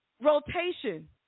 rotation